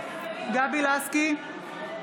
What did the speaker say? בעד גבי לסקי,